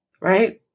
Right